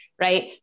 right